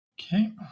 Okay